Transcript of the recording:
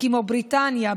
כמו בריטניה,